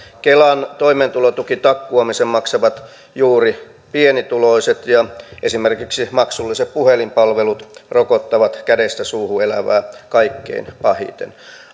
kelan toimeentulotuen takkuamisen maksavat juuri pienituloiset ja esimerkiksi maksulliset puhelinpalvelut rokottavat kädestä suuhun elävää kaikkein pahiten